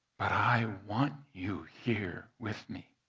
but i want you here with me